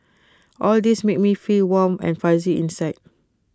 all these make me feel warm and fuzzy inside